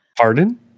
pardon